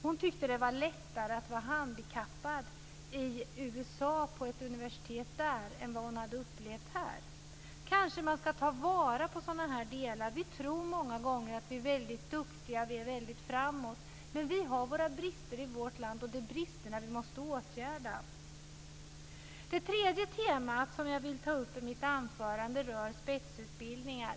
Hon tyckte att det var lättare att vara handikappad på ett universitet i USA än vad hon hade upplevt att det var här. Man kanske ska ta vara på sådana erfarenheter. Vi tror många gånger att vi är väldigt duktiga och väldigt framåt, men vi har våra brister i vårt land, och det är bristerna vi måste åtgärda. Det tredje temat, som jag vill ta upp i mitt anförande, rör spetsutbildningar.